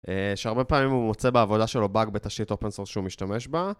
שהרבה פעמים הוא מוצא בעבודה שלו באג בתשתית אופנסורס שהוא משתמש בה